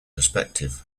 perspective